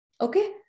Okay